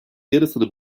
yarısını